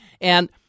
And-